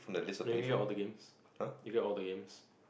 get all the games you get all the games